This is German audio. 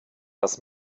das